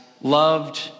loved